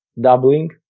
doubling